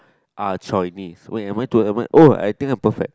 are Chinese wait am I to am I oh I think I'm perfect